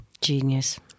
Genius